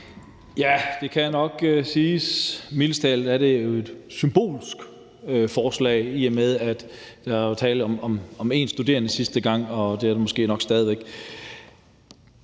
Man må nok sige, at det mildest talt er et symbolsk forslag, i og med at der var tale om én studerende sidste gang, og sådan er det måske nok stadig væk.